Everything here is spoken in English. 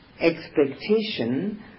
expectation